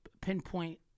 pinpoint